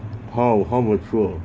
how how mature